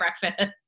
breakfast